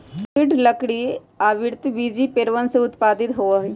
दृढ़ लकड़ी आवृतबीजी पेड़वन से उत्पादित होबा हई